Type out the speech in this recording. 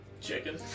Chicken